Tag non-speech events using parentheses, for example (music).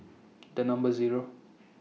(noise) The Number Zero